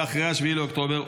ואחרי 7 באוקטובר,